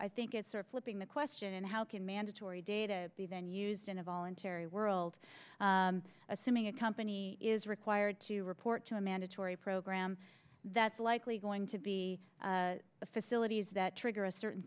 i think it's sort of flipping the question how can mandatory data be then used in a voluntary world assuming a company is required to report to a mandatory program that's likely going to be the facilities that trigger a certain